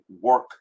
work